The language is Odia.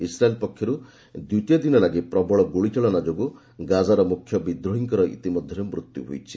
ଇସ୍ରାଏଲ୍ ପକ୍ଷରୁ ଦ୍ୱିତୀୟ ଦିନ ଲାଗି ପ୍ରବଳ ଗୁଳିଚାଳନା ଯୋଗୁଁ ଗାଜାର ମୁଖ୍ୟ ବିଦ୍ରୋହୀଙ୍କର ଇତିମଧ୍ୟରେ ମୃତ୍ୟୁ ହୋଇଛି